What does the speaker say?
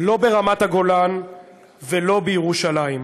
לא ברמת-הגולן ולא בירושלים.